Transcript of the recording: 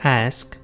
ask